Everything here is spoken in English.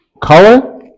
Color